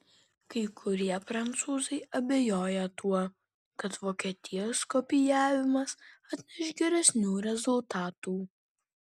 kai kurie prancūzai abejoja tuo kad vokietijos kopijavimas atneš geresnių rezultatų